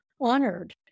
honored